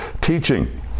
teaching